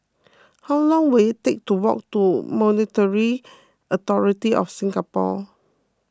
how long will it take to walk to Monetary Authority of Singapore